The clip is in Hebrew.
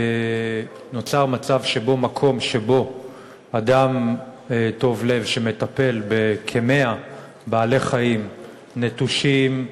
נוצר מצב שמקום שבו אדם טוב-לב שמטפל בכ-100 בעלי-חיים נטושים,